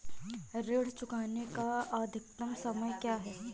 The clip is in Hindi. ऋण चुकाने का अधिकतम समय क्या है?